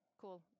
cool